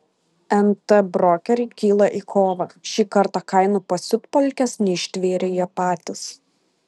nt brokeriai kyla į kovą šį kartą kainų pasiutpolkės neištvėrė jie patys